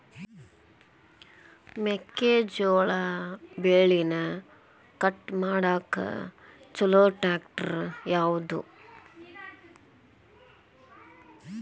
ಮೆಕ್ಕೆ ಜೋಳ ಬೆಳಿನ ಕಟ್ ಮಾಡಾಕ್ ಛಲೋ ಟ್ರ್ಯಾಕ್ಟರ್ ಯಾವ್ದು?